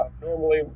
Normally